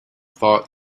thought